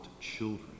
children